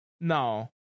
No